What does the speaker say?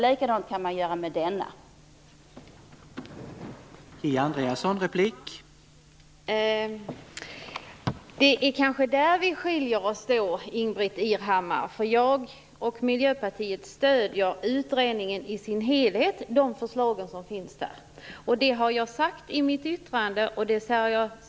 På samma sätt kan man göra med denna utredning.